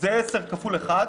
זה 10 כפול אחד,